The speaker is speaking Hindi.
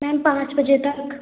मैम पाँच बजे तक